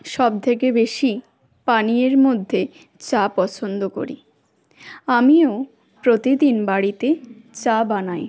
সব থেকে বেশি পানীয়ের মধ্যে চা পছন্দ করি আমিও প্রতিদিন বাড়িতে চা বানাই